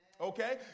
Okay